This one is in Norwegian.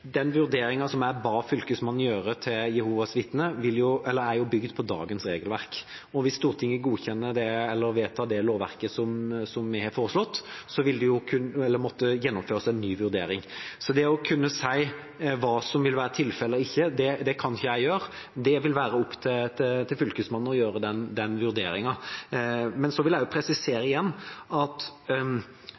den vurderingen som jeg ba Fylkesmannen gjøre når det gjelder Jehovas vitner, er bygget på dagens regelverk. Hvis Stortinget vedtar det lovverket som vi har foreslått, vil det måtte gjennomføres en ny vurdering. Så det å kunne si hva som vil være tilfellet eller ikke, kan ikke jeg gjøre, det vil være opp til Fylkesmannen å gjøre den vurderingen. Men så vil jeg igjen presisere at